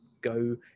go